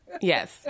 Yes